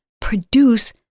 produce